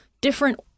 different